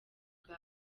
bwa